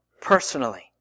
personally